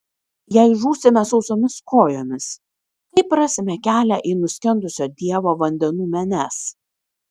jei žūsime sausomis kojomis kaip rasime kelią į nuskendusio dievo vandenų menes